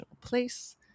place